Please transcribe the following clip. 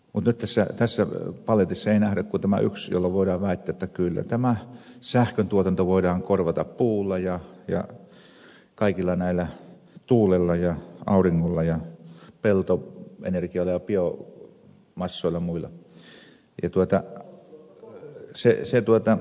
mutta nyt tässä paletissa ei nähdä kuin tämä yksi jolloin voidaan väittää jotta kyllä tämä sähköntuotanto voidaan korvata puulla ja kaikilla näillä tuulella ja auringolla ja peltoenergialla ja biomassoilla ja muilla